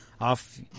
off